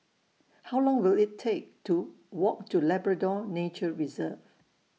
How Long Will IT Take to Walk to Labrador Nature Reserve